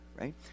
right